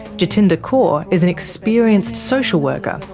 jatinder kaur is an experienced social worker,